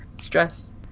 stress